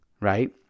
right